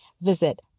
visit